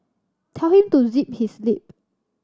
tell him to zip his lip